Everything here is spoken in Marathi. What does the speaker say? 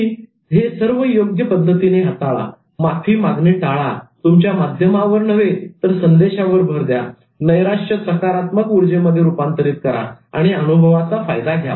तुम्ही हे सर्व योग्य पद्धतीने हाताळा माफी मागणे टाळा तुमच्या माध्यमावर नव्हे तर संदेशावर भर द्या नैराश्य सकारात्मक ऊर्जेमध्ये रूपांतरित करा आणि अनुभवाचा फायदा घ्या